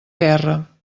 guerra